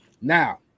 Now